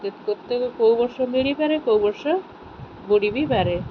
ଯେତେ କୋଉ ବର୍ଷ ମିଳିପାରେ କୋଉ ବର୍ଷ ବୁଡିବି ପାରେ